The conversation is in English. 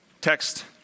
text